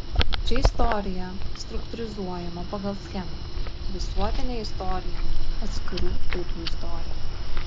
čia istorija struktūrizuojama pagal schemą visuotinė istorija atskirų tautų istorija